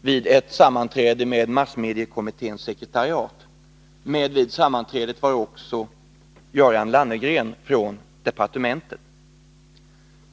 vid ett sammanträde med massmediekommitténs sekretariat. Med vid sammanträdet var också Göran Lannegren från departementet.